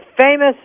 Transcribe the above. famous